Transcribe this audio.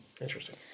Interesting